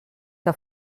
que